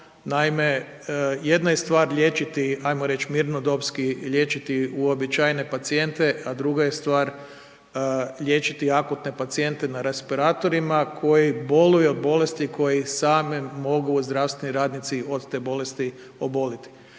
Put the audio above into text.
Naime, jedna je stvar liječiti ajmo reći mirnodopski liječiti uobičajene pacijente, a druga je stvar liječiti akutne pacijente na respiratorima koji boluju od bolesti koje i sami mogu zdravstveni radnici od te bolesti oboliti.